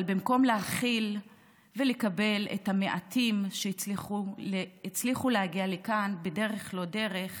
אבל במקום להכיל ולקבל את המעטים שהצליחו להגיע לכאן בדרך-לא-דרך